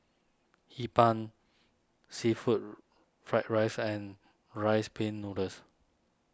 Hee Pan Seafood Fried Rice and Rice Pin Noodles